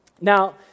Now